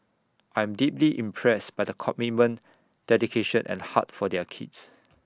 I am deeply impressed by the commitment dedication and heart for their kids